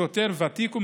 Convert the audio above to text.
שוטר ותיק ומנוסה.